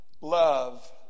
love